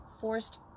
forced